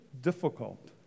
difficult